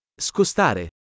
Scostare